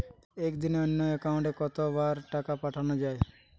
একদিনে অন্য একাউন্টে কত বার টাকা পাঠানো য়ায়?